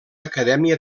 acadèmia